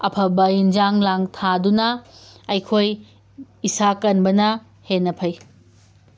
ꯑꯐꯕ ꯑꯦꯟꯁꯥꯡꯂꯥꯡ ꯊꯥꯗꯨꯅ ꯑꯩꯈꯣꯏ ꯏꯁꯥ ꯀꯟꯕꯅ ꯍꯦꯟꯅ ꯐꯩ